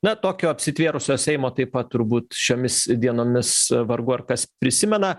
na tokio apsitvėrusio seimo taip pat turbūt šiomis dienomis vargu ar kas prisimena